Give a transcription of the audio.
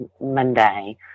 Monday